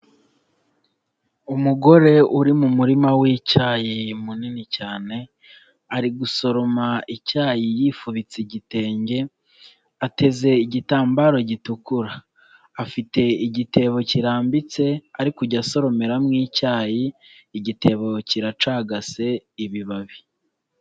Umugore uri mu murima w'icyayi munini cyane ari gusoroma icyayi yifubitse igitenge, ateze igitambaro gitukura, afite igitebo kirambitse arikujya asoromeramo icyayi, igitebo kiracagase ibibabi.